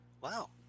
Wow